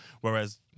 Whereas